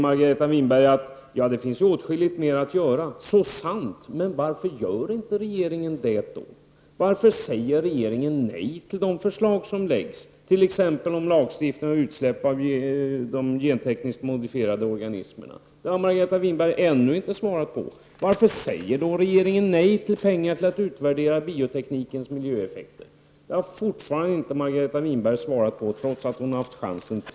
Margareta Winberg säger då att det finns åtskilligt mer att göra. Det är så sant. Men varför gör inte regeringen det då? Varför säger regeringen nej till de förslag som läggs, t.ex. om lagstiftning angående utsläpp av de gentekniskt modifierade organismerna? Det har Margareta Winberg ännu inte svarat på. Varför säger regeringen nej till att